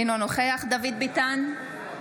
אינו נוכח דוד ביטן,